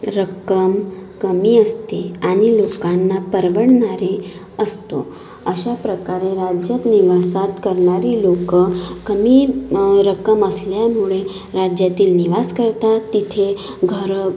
रक्कम कमी असते आणि लोकांना परवडणारी असते अशा प्रकारे राज्यात निवासात करणारी लोकं कमी रक्कम असल्यामुळे राज्यातील निवास करतात तिथे घरं